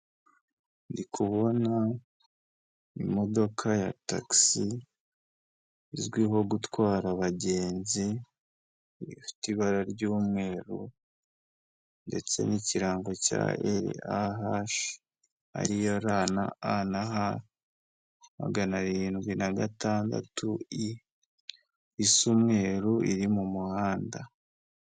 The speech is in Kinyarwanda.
Ndikubona imodoka ya tagisi izwiho gutwara abagenzi ifite ibara ry'umweru ndetse n'ikirango cya e, a hashi, ariyo ra na a na ha maganarindwi na gatandatu i isa umweru iri mu muhanda.